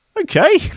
okay